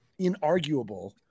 inarguable